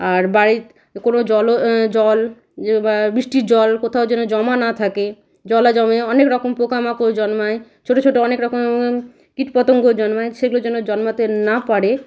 আর বাইত কোনো জলও জল যে বা বৃষ্টির জল কোথাও যেন জমা না থাকে জল জমেও অনেক রকম পোকামাকড় জন্মায় ছোটো ছোটো অনেক রকম কীট পতঙ্গ জন্মায় সেগুলো যেন জন্মাতে না পারে